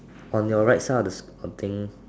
on your right side of the